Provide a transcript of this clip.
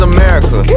America